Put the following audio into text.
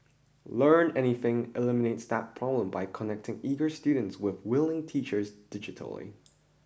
Learn Anything eliminates that problem by connecting eager students with willing teachers digitally